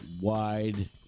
wide